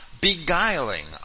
Beguiling